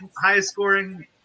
highest-scoring